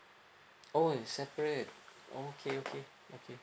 oh is separate okay okay okay